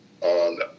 on